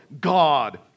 God